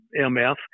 MF